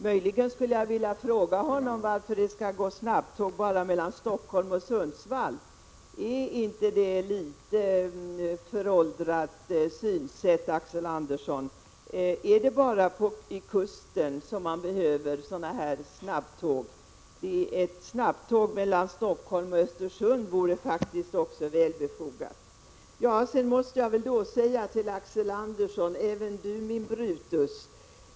Möjligen skulle jag vilja fråga honom varför det bara skulle gå snabbtåg mellan Stockholm och Sundsvall. Är inte det litet föråldrat synsätt, Axel Andersson? Är det bara vid kusten man behöver snabbtåg? Ett snabbtåg mellan Stockholm och Östersund vore faktiskt också välbefogat. Sedan måste jag säga till Axel Andersson: Även du, min Brutus!